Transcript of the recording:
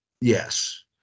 yes